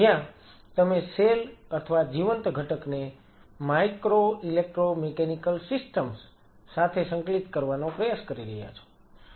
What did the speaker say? જ્યાં તમે સેલ અથવા જીવંત ઘટકને micro electro mechanical system micro electromechanical systems MEMS સાથે સંકલિત કરવાનો પ્રયાસ કરી રહ્યા છો